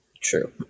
True